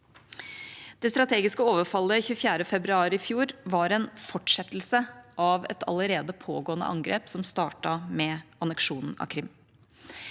Det strategiske overfallet 24. februar i fjor var en fortsettelse av et allerede pågående angrep som startet med anneksjonen av Krym.